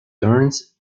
turns